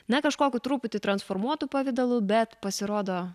na kažkokiu truputį transformuotu pavidalu bet pasirodo